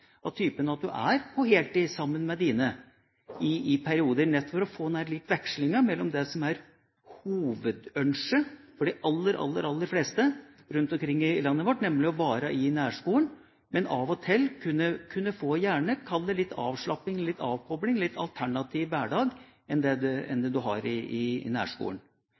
av typen at du på heltid er sammen med dine, nettopp for å få den vekslingen mellom det som er hovedønsket for de aller, aller fleste rundt omkring i landet vårt, nemlig å være i nærskolen, men av og til kunne få – kall det gjerne – litt avslapping, litt avkobling, litt alternativ hverdag enn det du har i nærskolen.